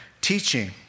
teaching